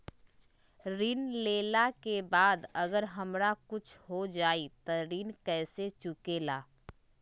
ऋण लेला के बाद अगर हमरा कुछ हो जाइ त ऋण कैसे चुकेला?